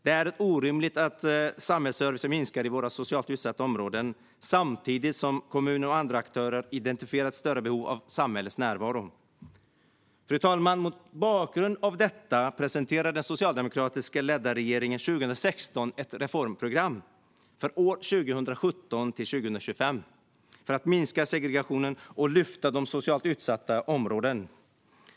Det är orimligt att samhällsservicen minskar i socialt utsatta områden samtidigt som kommunen och andra aktörer har identifierat större behov av samhällets närvaro. Fru talman! Mot bakgrund av detta presenterade den socialdemokratiskt ledda regeringen 2016 ett reformprogram för åren 2017-2025. Det syftade till att minska segregation och lyfta de socialt utsatta områdena.